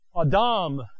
Adam